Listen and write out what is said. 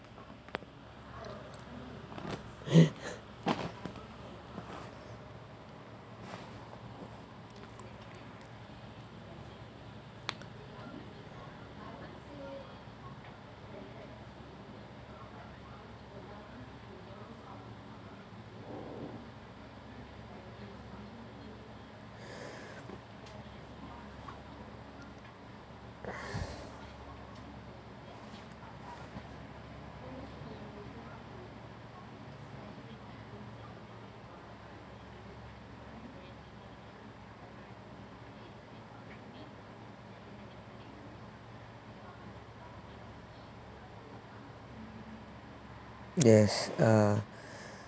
yes uh